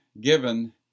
given